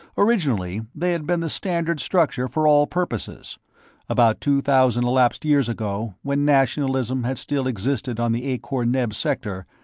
originally, they had been the standard structure for all purposes about two thousand elapsed years ago, when nationalism had still existed on the akor-neb sector,